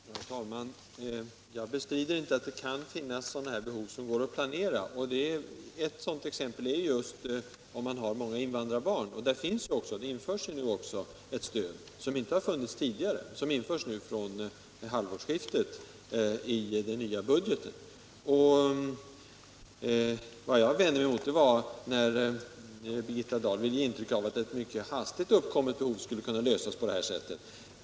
Herr talman! Jag bestrider inte att det kan finnas sådana behov som går att planera och ett exempel är just om det finns många invandrarbarn. Det införs nu också ett stöd för hemspråksundervisning som inte har funnits tidigare. Det införs från halvårsskiftet i den nya budgeten. Vad jag vände mig mot var att Birgitta Dahl ville ge intryck av att ett mycket hastigt uppkommet behov skulle kunna tillgodoses på det här sättet.